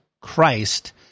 Christ